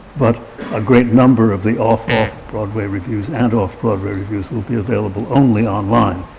but a great number of the off-off-broadway reviews, and off-broadway reviews, will be available only on line.